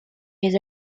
his